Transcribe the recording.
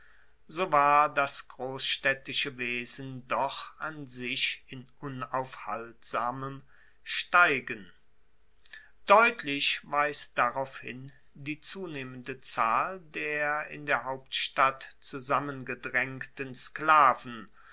so war das grossstaedtische wesen doch an sich in unaufhaltsamem steigen deutlich weist darauf hin die zunehmende zahl der in der hauptstadt zusammengedraengten sklaven